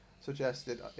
suggested